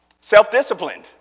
self-disciplined